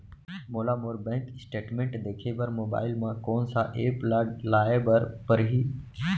मोला मोर bank statement देखे बर मोबाइल मा कोन सा एप ला लाए बर परही?